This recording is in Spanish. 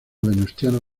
venustiano